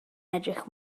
edrych